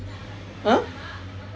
!huh!